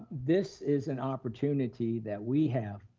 this is an opportunity that we have,